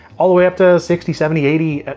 all the way up to sixty, seventy, eighty,